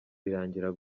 birangira